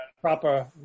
proper